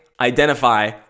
identify